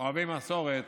אוהבות מסורת,